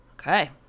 Okay